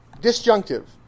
disjunctive